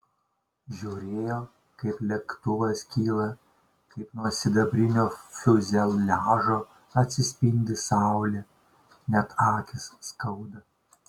žiūrėjo kaip lėktuvas kyla kaip nuo sidabrinio fiuzeliažo atsispindi saulė net akis skauda